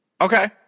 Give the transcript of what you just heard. Okay